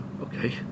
okay